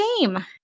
game